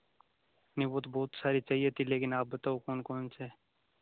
नहीं वह तो बहुत सारी चाहिए थी लेकिन आप बताओ कौन कौनसे